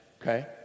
okay